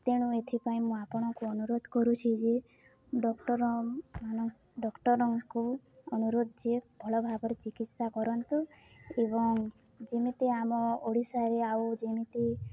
ତେଣୁ ଏଥିପାଇଁ ମୁଁ ଆପଣଙ୍କୁ ଅନୁରୋଧ କରୁଛି ଯେ ଡକ୍ଟର୍ ମାନ ଡକ୍ଟର୍ଙ୍କୁ ଅନୁରୋଧ ଯେ ଭଲ ଭାବରେ ଚିକିତ୍ସା କରନ୍ତୁ ଏବଂ ଯେମିତି ଆମ ଓଡ଼ିଶାରେ ଆଉ ଯେମିତି